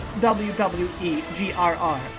WWEGRR